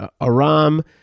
Aram